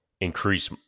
increase